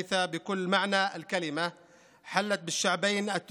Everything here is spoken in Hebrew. אסון במלוא מובן המילה אשר הכה בשני העמים,